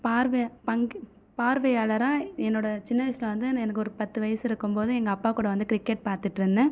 பார்வை பங்கு பார்வையாளராக என்னோடய சின்ன வயதுல வந்து எனக்கு ஒரு பத்து வயது இருக்கும்போது எங்கள் அப்பா கூட வந்து கிரிக்கெட் பார்த்துட்டிருந்தேன்